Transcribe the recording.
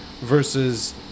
Versus